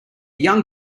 young